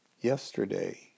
yesterday